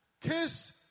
Kiss